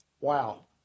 Wow